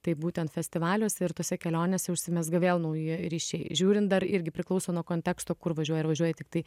tai būtent festivaliuose ir tose kelionėse užsimezga vėl nauji ryšiai žiūrint dar irgi priklauso nuo konteksto kur važiuoji ar važiuoji tiktai